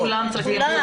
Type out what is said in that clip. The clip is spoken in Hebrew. כולם צריכים תשומת לב,